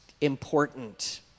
important